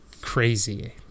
crazy